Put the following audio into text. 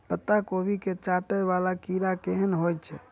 पत्ता कोबी केँ चाटय वला कीड़ा केहन होइ छै?